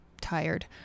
tired